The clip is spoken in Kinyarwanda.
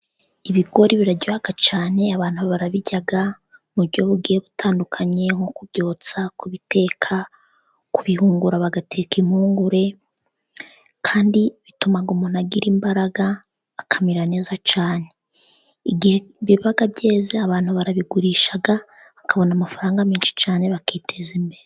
Ibigori biraryoha cyane, abantu barabirya mu buryo bugiye butandukanye nko kubyotsa, kubiteka, kubihungura bagateka impungure kandi bituma umuntu agira imbaraga akamera neza cyane, igihe biba byeze abantu barabigurisha, bakabona amafaranga menshi cyane bakiteza imbere.